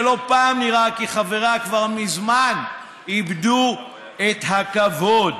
שלא פעם נראה כי חבריה כבר מזמן איבדו את הכבוד.